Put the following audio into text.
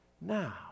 now